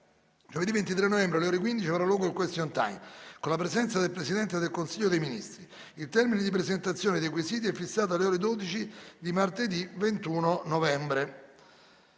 Giovedì 23 novembre, alle ore 15, avrà luogo il question time con la presenza del Presidente del Consiglio dei ministri. Il termine di presentazione dei quesiti è fissato alle ore 12 di martedì 21 novembre.